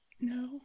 No